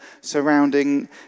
surrounding